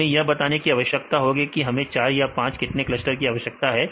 हमें यह बताने की आवश्यकता होगी कि हमें चार या पांच या कितने क्लस्टर की आवश्यकता है